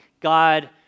God